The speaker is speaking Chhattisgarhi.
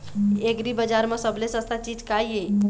एग्रीबजार म सबले सस्ता चीज का ये?